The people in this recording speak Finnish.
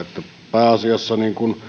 pääasiassa